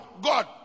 god